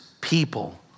people